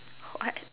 what